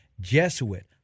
Jesuit